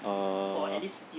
err